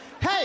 Hey